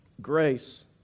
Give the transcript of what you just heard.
Grace